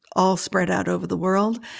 all spread out over the world.